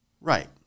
Right